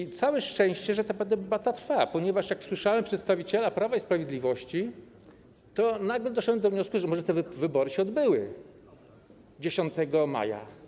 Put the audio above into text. I całe szczęście, że ta debata trwa, ponieważ jak słyszałem przedstawiciela Prawa i Sprawiedliwości, to nagle doszedłem do wniosku, że może te wybory się odbyły 10 maja.